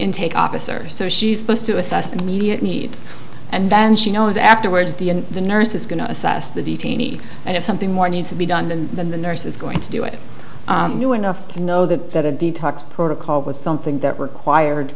intake officer so she's supposed to assess media needs and then she knows afterwards the the nurse is going to assess the detainee and if something more needs to be done than the nurse is going to do it knew enough to know that detox protocol was something that required